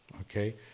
okay